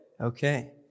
Okay